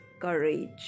courage